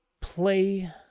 play